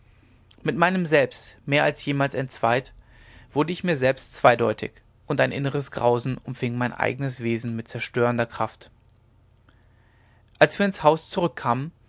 mit meinem selbst mehr als jemals entzweit wurde ich mir selbst zweideutig und ein inneres grausen umfing mein eignes wesen mit zerstörender kraft als wir ins haus zurückkamen